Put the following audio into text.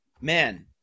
Man